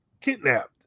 kidnapped